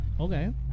Okay